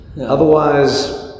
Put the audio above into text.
Otherwise